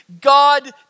God